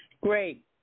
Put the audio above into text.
Great